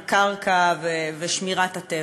הקרקע ושמירת הטבע.